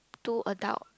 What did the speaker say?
two adult